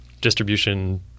distribution